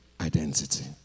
identity